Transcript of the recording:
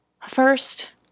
First